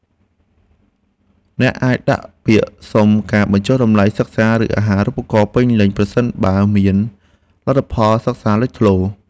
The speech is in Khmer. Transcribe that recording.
អ្នកអាចដាក់ពាក្យសុំការបញ្ចុះតម្លៃសិក្សាឬអាហារូបករណ៍ពេញលេញប្រសិនបើមានលទ្ធផលសិក្សាលេចធ្លោ។